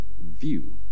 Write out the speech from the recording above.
view